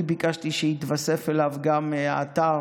אני ביקשתי שיתווסף גם האתר